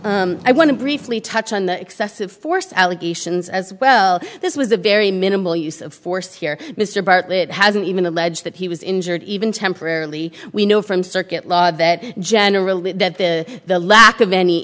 i want to briefly touch on the excessive force allegations as well this was a very minimal use of force here mr bartlett hasn't even alleged that he was injured even temporarily we know from circuit law that generally the lack of any